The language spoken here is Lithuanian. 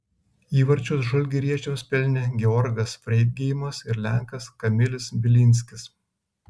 įvarčius žalgiriečiams pelnė georgas freidgeimas ir lenkas kamilis bilinskis